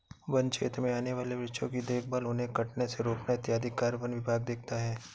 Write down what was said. वन्य क्षेत्र में आने वाले वृक्षों की देखभाल उन्हें कटने से रोकना इत्यादि कार्य वन विभाग देखता है